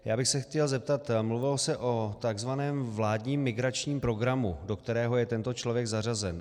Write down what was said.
Chtěl bych se zeptat, mluvilo se o takzvaném vládním migračním programu, do kterého je tento člověk zařazen.